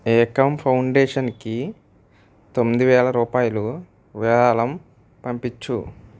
ఏకమ్ ఫౌండేషన్కి తొమ్మిది వేల రూపాయలు విరాళం పంపించు